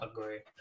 agree